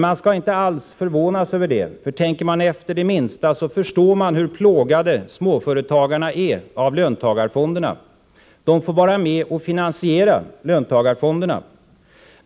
Man skall inte alls förvånas över det. Tänker man efter det minsta förstår man hur plågade småföretagarna är av löntagarfonderna. Småföretagarna får vara med och finansiera löntagarfonderna.